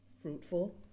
fruitful